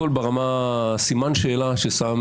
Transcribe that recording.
סימן השאלה ששם